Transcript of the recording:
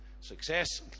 success